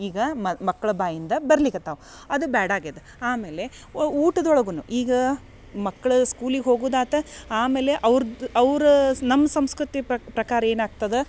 ಈಗ ಮಕ್ಕಳ ಬಾಯಿಂದ ಬರ್ಲಿಕತ್ತವು ಅದು ಬ್ಯಾಡ ಆಗ್ಯದ ಆಮೇಲೆ ವ ಊಟದೊಳಗುನು ಈಗ ಮಕ್ಕಳ ಸ್ಕೂಲಿಗೆ ಹೋಗುದಾತ ಆಮೇಲೆ ಅವ್ರ್ದ ಅವರ ನಮ್ಮ ಸಂಸ್ಕೃತಿ ಪ್ರಕಾರ ಏನಾಗ್ತದ